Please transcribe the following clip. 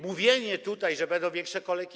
Mówi się tutaj, że będą większe kolejki.